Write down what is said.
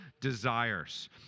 desires